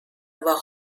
avoir